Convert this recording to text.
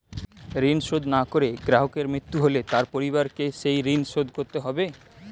ঋণ শোধ না করে গ্রাহকের মৃত্যু হলে তার পরিবারকে সেই ঋণ শোধ করতে হবে?